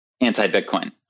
anti-Bitcoin